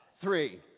three